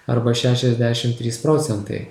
arba šešiasdešim trys procentai